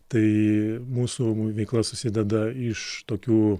tai mūsų veikla susideda iš tokių